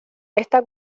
esta